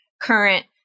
current